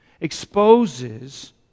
exposes